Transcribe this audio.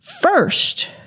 first